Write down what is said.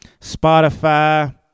Spotify